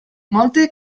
molte